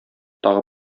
тагы